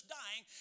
dying